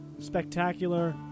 Spectacular